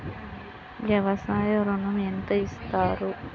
వ్యవసాయ ఋణం ఎంత ఇస్తారు?